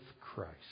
Christ